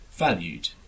valued